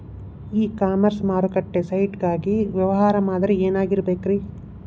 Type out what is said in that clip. E commerce ಮಾರುಕಟ್ಟೆ site ಗಾಗಿ ವ್ಯವಹಾರ ಮಾದರಿ ಏನಾಗಿರಬೇಕ್ರಿ?